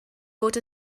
fod